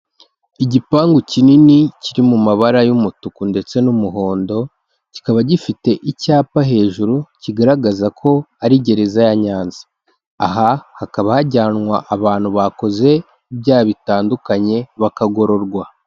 Igipangu kinini kiri mu mabara y'umutuku ndetse n'umuhondo, kikaba gifite icyapa hejuru kigaragaza ko ari gereza ya Nyanza, aha hakaba hajyanwa abantu bakoze ibyaha bitandukanye bakagororwa.